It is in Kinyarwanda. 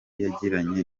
yagiranye